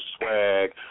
swag